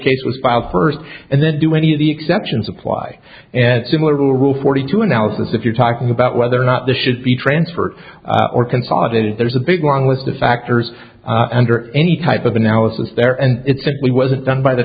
was filed first and then do any of the exceptions apply similar to a rule forty two analysis if you're talking about whether or not there should be transferred or consolidated there's a big long list of factors under any type of analysis there and it simply wasn't done by the